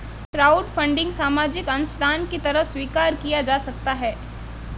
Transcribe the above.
crowdfunding सामाजिक अंशदान की तरह स्वीकार किया जा सकता है